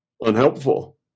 unhelpful